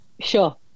Sure